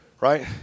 Right